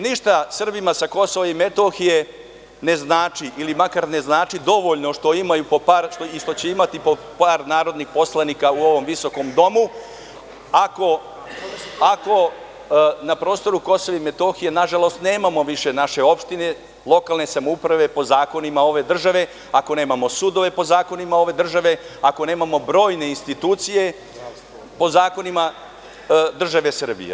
Ništa Srbima sa KiM ne znači ili makar ne znači dovoljno što imaju po par i što će imati po par narodnih poslanika u ovom visokom domu, ako na prostoru KiM, nažalost, nemamo više naše opštine, lokalne samouprave po zakonima ove države, ako nemamo sudove po zakonima ove države, ako nemamo brojne institucije po zakonima države Srbije.